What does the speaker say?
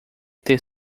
ter